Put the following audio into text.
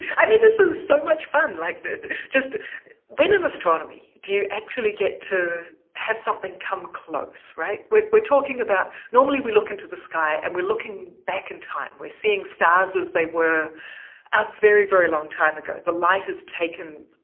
i mean, this is so much fun. like, just when in astronomy do you actually get to have something come close, right? we're talking about normally we look into the sky and we're looking back in time. we're seeing stars as they were a very, very long time ago. the light has taken,